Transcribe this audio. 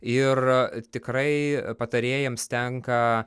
ir tikrai patarėjams tenka